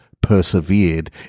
persevered